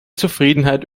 zufriedenheit